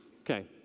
Okay